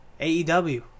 AEW